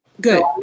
Good